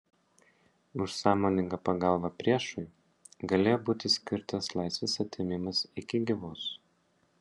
už sąmoningą pagalbą priešui galėjo būti skirtas laisvės atėmimas iki gyvos